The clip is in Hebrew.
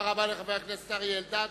תודה רבה לחבר הכנסת אריה אלדד.